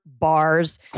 bars